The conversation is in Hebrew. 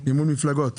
מימון מפלגות.